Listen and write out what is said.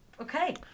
Okay